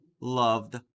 loved